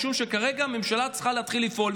משום שכרגע הממשלה צריכה להתחיל לפעול,